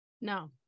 no